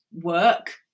work